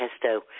pesto